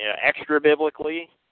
extra-biblically